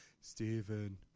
Stephen